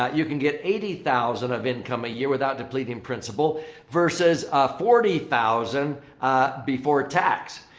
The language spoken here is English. um you can get eighty thousand of income a year without depleting principal versus forty thousand before tax.